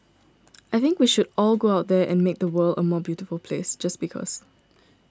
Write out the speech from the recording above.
I think we should all go out there and make the world a more beautiful place just because